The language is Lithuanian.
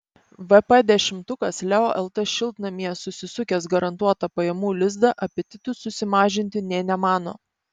vp dešimtukas leo lt šiltnamyje susisukęs garantuotą pajamų lizdą apetitų susimažinti nė nemano